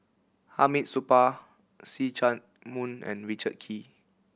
Hamid Supaat See Chak Mun and Richard Kee